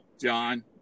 John